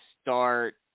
start